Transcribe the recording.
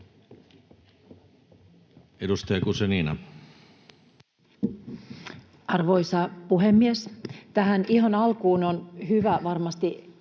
Edustaja Guzenina. Arvoisa puhemies! Tähän ihan alkuun on varmasti